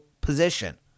position